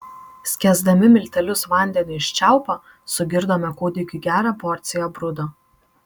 skiesdami miltelius vandeniu iš čiaupo sugirdome kūdikiui gerą porciją brudo